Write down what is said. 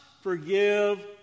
forgive